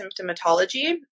symptomatology